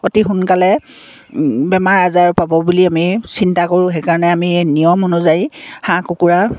অতি সোনকালে বেমাৰ আজাৰে পাব বুলি আমি চিন্তা কৰোঁ সেইকাৰণে আমি নিয়ম অনুযায়ী হাঁহ কুকুৰা